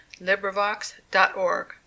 LibriVox.org